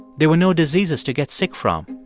there were no diseases to get sick from,